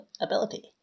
ability